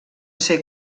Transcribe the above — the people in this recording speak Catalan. ser